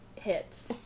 hits